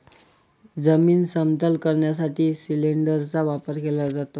जमीन समतल करण्यासाठी सिलिंडरचा वापर केला जातो